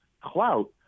clout